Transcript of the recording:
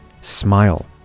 smile